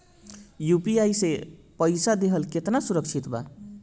UPI से पईसा देहल केतना सुरक्षित बा?